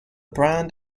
brand